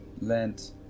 Lent